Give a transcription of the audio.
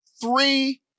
Three